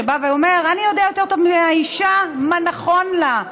שבא ואומר: אני יודע יותר טוב מן האישה מה נכון לה.